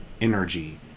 energy